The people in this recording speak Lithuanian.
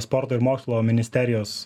sporto ir mokslo ministerijos